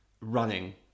running